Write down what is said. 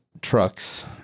trucks